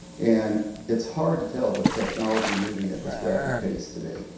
and it's hard to tell with technology moving at this rapid pace today.